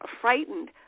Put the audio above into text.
frightened